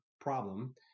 problem